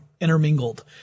intermingled